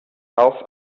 auf